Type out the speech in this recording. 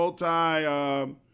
multi